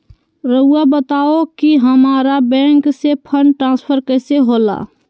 राउआ बताओ कि हामारा बैंक से फंड ट्रांसफर कैसे होला?